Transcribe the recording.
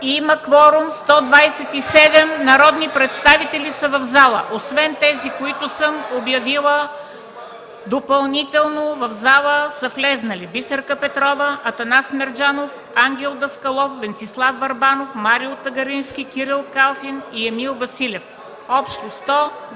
Има кворум – 127 народни представители са в залата. Освен тези, които съм обявила, допълнително в залата са влезли: Бисерка Петрова, Атанас Мерджанов, Ангел Даскалов, Венцислав Върбанов, Марио Тагарински, Кирил Калфин и Емил Василев. (Реплики